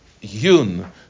yun